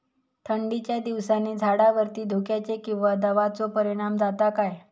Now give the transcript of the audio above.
थंडीच्या दिवसानी झाडावरती धुक्याचे किंवा दवाचो परिणाम जाता काय?